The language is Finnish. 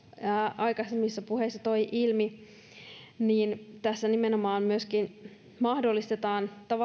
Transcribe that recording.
aikaisemmissa puheissa toi ilmi tässä nimenomaan myöskin mahdollistetaan